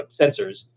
sensors